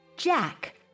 Jack